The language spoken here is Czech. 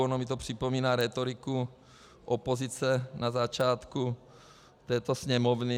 Ono mi to připomíná rétoriku opozice na začátku této Sněmovny.